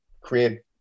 create